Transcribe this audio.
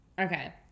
Okay